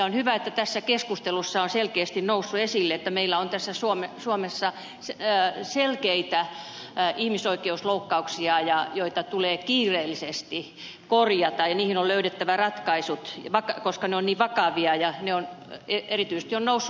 on hyvä että tässä keskustelussa on selkeästi noussut esille että meillä on suomessa selkeitä ihmisoikeusloukkauksia joita tulee kiireellisesti korjata ja niihin on löydettävä ratkaisut koska ne ovat niin vakavia